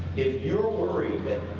if you are worried that